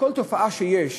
בכל תופעה שיש,